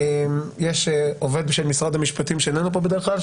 יש עובד של משרד המשפטים שאיננו פה בדרך כלל,